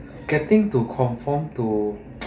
getting to confirm to